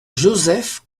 joseph